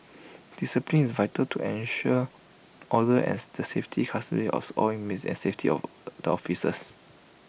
discipline is vital to ensure order and the safety custody of all inmates and safety of the officers